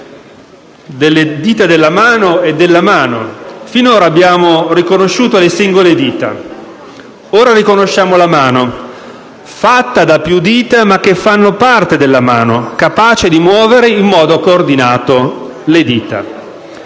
delle dita della mano e della mano: finora abbiamo riconosciuto le singole dita. Ora riconosciamo la mano, fatta da più dita ma che fanno parte della mano, capace di muovere in modo coordinato le dita.